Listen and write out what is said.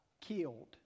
killed